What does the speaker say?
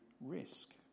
risk